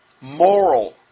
moral